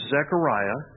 Zechariah